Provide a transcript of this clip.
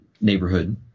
Neighborhood